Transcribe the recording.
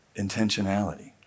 intentionality